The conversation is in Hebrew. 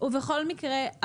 ובכל מקרה,